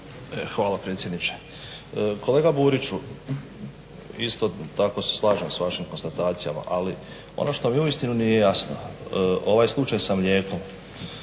Hvala predsjedniče. Kolega Buriću isto tako se slažem s vašim konstatacijama, ali ono što mi uistinu nije jasno, ovaj slučaj sa mlijekom